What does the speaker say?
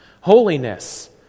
Holiness